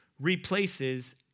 replaces